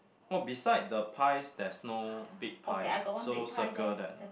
oh beside the pies there's no big pie ah so circle that